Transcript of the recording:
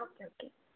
okay okay